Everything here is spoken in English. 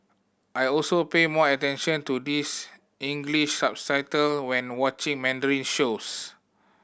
I also pay more attention to this English subtitle when watching Mandarin shows